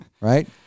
right